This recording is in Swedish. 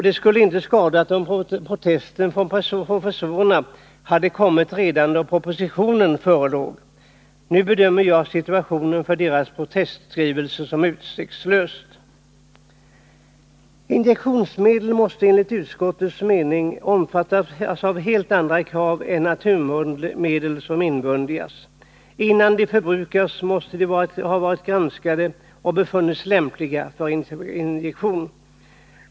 Det skulle inte ha skadat om protesten från professorerna hade kommit redan då propositionen förelåg. Nu bedömer jag situationen för deras protestskrivelse som utsiktslös. Injektionsmedel måste enligt utskottets mening omfattas av helt andra krav än naturmedel som inmundigas. Innan injektionsmedlen förbrukas måste de ha varit granskade och befunnits lämpliga för injektion.